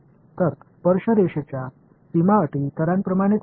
तर स्पर्शरेषेच्या सीमा अटी इतरांप्रमाणेच आहे